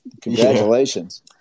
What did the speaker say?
Congratulations